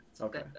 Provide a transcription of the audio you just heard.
Okay